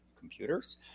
computers